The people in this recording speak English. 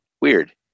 Weird